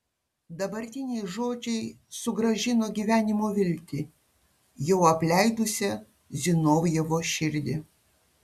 dabartiniai žodžiai sugrąžino gyvenimo viltį jau apleidusią zinovjevo širdį